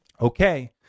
Okay